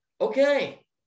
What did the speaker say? okay